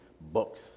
books